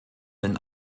denn